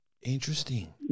Interesting